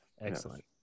Excellent